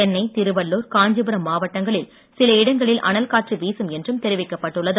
சென்னை திருவள்ளூர் காஞ்சிபுரம் மாவட்டங்களில் சில இடங்களில் அனல்காற்று வீசும் என்றும் தெரிவிக்கப்பட்டுள்ளது